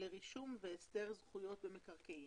לרישום והסדר זכויות במקרקעין.